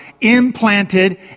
implanted